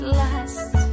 last